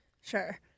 Sure